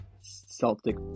Celtic